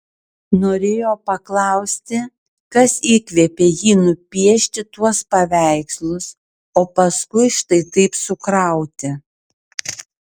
norėjo paklausti kas įkvėpė jį nupiešti tuos paveikslus o paskui štai taip sukrauti